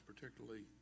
particularly